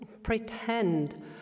pretend